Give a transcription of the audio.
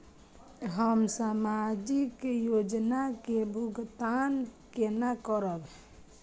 हम सामाजिक योजना के भुगतान केना करब?